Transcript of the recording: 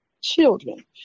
children